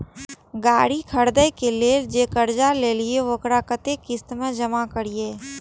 गाड़ी खरदे के लेल जे कर्जा लेलिए वकरा कतेक किस्त में जमा करिए?